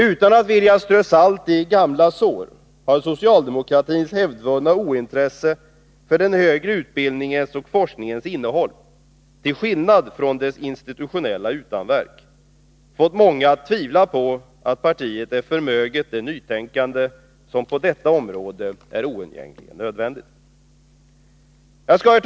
Utan att vilja strö salt i gamla sår skulle jag vilja säga att socialdemokratins hävdvunna ointresse för den högre utbildningens och forskningens innehåll — till skillnad från dess institutionella utanverk — har fått många att tvivla på att partiet är förmöget det nytänkande som på detta område är oundgängligen nödvändigt. Herr talman!